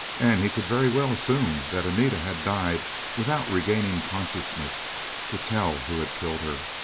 and he could very well assume that anita had died without regaining consciousness to tell who had killed her.